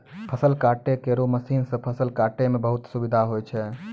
फसल काटै केरो मसीन सँ फसल काटै म बहुत सुबिधा होय छै